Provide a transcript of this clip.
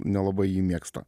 nelabai jį mėgsta